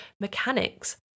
mechanics